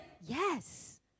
yes